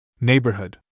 neighborhood